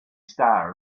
star